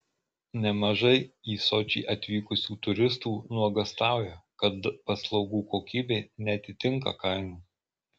nemažai į sočį atvykusių turistų nuogąstauja kad paslaugų kokybė neatitinka kainų